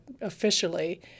officially